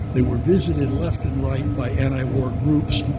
they were visited left and right by antiwar groups.